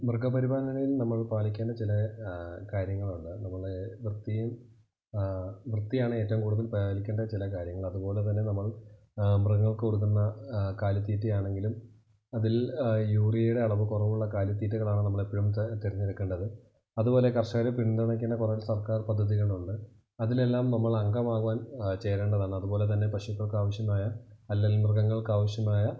മൃഗ പരിപാല നതയില് നമ്മള് പാലിക്കേണ്ട ചില കാര്യങ്ങൾ ഉണ്ട് നമ്മളുടെ വൃത്തിയും വൃത്തിയാണ് ഏറ്റവും കൂടുതല് പാലിക്കേണ്ട ചില കാര്യങ്ങള് അതുപോലെ തന്നെ നമ്മള് മൃഗങ്ങള്ക്ക് കൊടുക്കുന്ന കാലിത്തീറ്റ ആണെങ്കിലും അതില് യൂറിയയുടെ അളവ് കുറവുള്ള കാലിത്തീറ്റകളാണ് നമ്മൾ എപ്പോഴും തെരഞ്ഞെടുക്കേണ്ടത് അതുപോലെ കര്ഷകരെ പിന്തുണയ്ക്കുന്ന കുറച്ചു സര്ക്കാര് പദ്ധതികൾ ഉണ്ട് അതിൽ എല്ലാം നമ്മൾ അംഗമാകുവാന് ചേരേണ്ടതാണ് അതുപോലെ തന്നെ പശുക്കള്ക്ക് ആവശ്യമായ അല്ലെങ്കില് മൃഗങ്ങള്ക്ക് ആവശ്യമായ